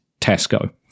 tesco